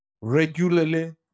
regularly